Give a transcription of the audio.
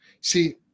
See